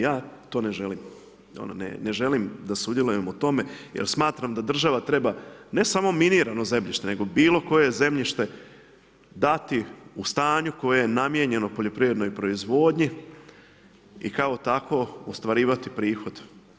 Ja to ne želim, ne želim da sudjelujem u tome jer smatram da država treba ne samo minirano zemljište nego bilo koje zemljište dati u stanju koje je namijenjeno poljoprivrednoj proizvodnji i kao takvo ostvarivati prihod.